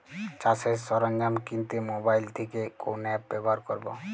চাষের সরঞ্জাম কিনতে মোবাইল থেকে কোন অ্যাপ ব্যাবহার করব?